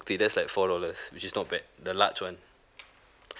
tea that's like four dollars which is not bad the large one